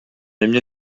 эмне